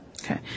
Okay